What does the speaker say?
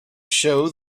show